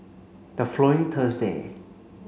the following Thursday